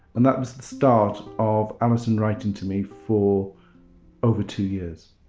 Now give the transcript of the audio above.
and that was the start of alison writing to me for over two years.